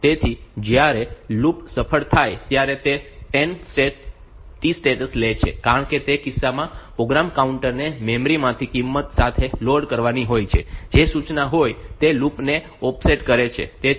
તેથી જ્યારે લૂપ સફળ થાય ત્યારે તે 10 T સ્ટેટ્સ લે છે કારણ કે તે કિસ્સામાં પ્રોગ્રામ કાઉન્ટર ને મેમરી માંથી કિંમત સાથે લોડ કરવાની હોય છે જે સૂચના હોય તે લૂપ ને ઓફસેટ કરે છે